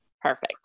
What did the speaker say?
perfect